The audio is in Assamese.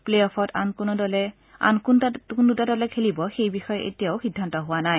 প্লে অফত আন কোন দুটা দলে খেলিব সেই বিষয়ে এতিয়াও সিদ্ধান্ত হোৱা নাই